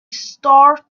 start